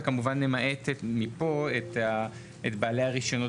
וכמובן למעט מפה את בעלי הרישיונות